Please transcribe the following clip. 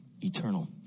Eternal